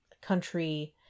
country